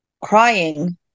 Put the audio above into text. crying